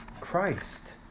Christ